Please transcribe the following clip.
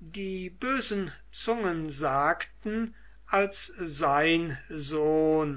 die bösen zungen sagten als sein sohn